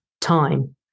time